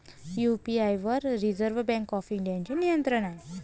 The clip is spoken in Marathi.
यू.पी.आय वर रिझर्व्ह बँक ऑफ इंडियाचे नियंत्रण आहे